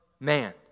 Man